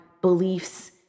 beliefs